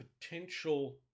potential